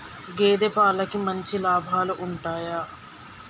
గేదే పాలకి మంచి లాభాలు ఉంటయా?